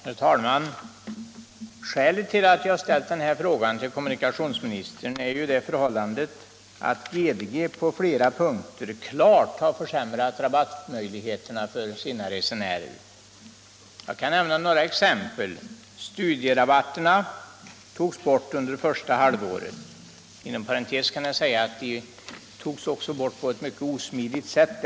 Herr talman! Skälet till att jag ställde denna fråga till kommunika Om åtgärder mot tionsministern är det förhållandet att GDG på flera punkter klart har fördyringen för viss försämrat rabattmöjligheterna för sina resenärer. Jag kan nämna några — persontrafik exempel. Studeranderabatterna togs bort under första halvåret. Inom parentes kan jag nämna att de också togs bort på ett mycket osmidigt sätt.